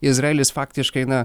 izraelis faktiškai na